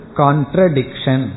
contradiction